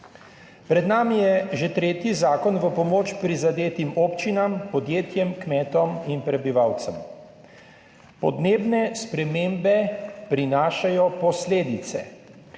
Pred nami je že tretji zakon za pomoč prizadetim občinam, podjetjem, kmetom in prebivalcem. Podnebne spremembe prinašajo posledice,